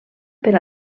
per